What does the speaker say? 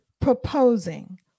proposing